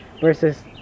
Versus